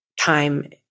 time